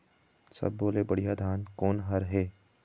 सब्बो ले बढ़िया धान कोन हर हे?